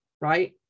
right